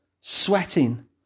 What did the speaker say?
sweating